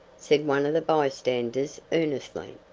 said one of the bystanders earnestly.